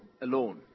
alone